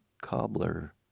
cobbler